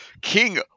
king